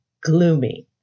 gloomy